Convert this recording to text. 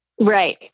Right